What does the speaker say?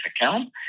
account